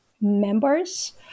members